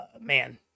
Man